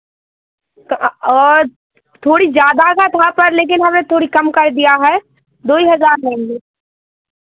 तो और थोड़ी ज़्यादा का था पर लेकिन हम थोड़ा कम कर दिया है दो हज़ार लेंगे